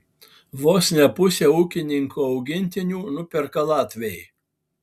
vos ne pusę ūkininko augintinių nuperka latviai